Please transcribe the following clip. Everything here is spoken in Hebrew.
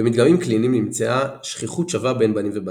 במדגמים קליניים נמצאה שכיחות שווה בין בנים ובנות.